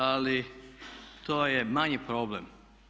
Ali to je manji problem.